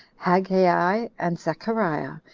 haggai and zechariah,